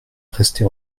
resté